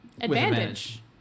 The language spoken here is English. Advantage